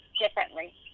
differently